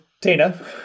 Tina